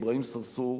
אברהים צרצור,